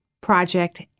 project